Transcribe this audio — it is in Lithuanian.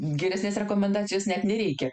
geresnės rekomendacijos net nereikia